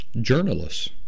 journalists